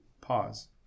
Pause